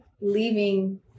Leaving